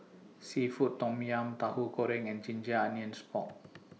Seafood Tom Yum Tahu Goreng and Ginger Onions Pork